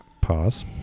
Pause